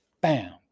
bam